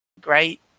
great